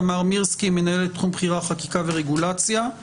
מנהלת תחום בכירה חקיקה ורגולציה;